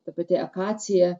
ta pati akacija